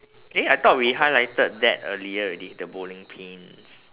eh I thought we highlighted that earlier already the bowling pins